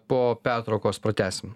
po pertraukos pratęsim